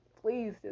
Please